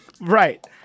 Right